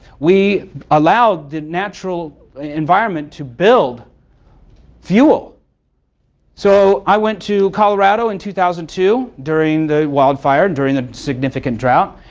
we allowed the natural environment to build fuel so i went to colorado in two thousand and two, during the wildfire and during a significant drought,